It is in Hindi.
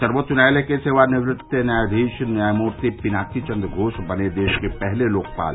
सर्वोच्च न्यायालय के सेवानिवृत्त न्यायाधीश न्यायमूर्ति पिनाकी चन्द्र घोष बने देश के पहले लोकपाल